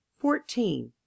Fourteen